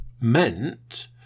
meant